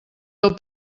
del